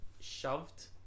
shoved